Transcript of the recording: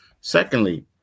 Secondly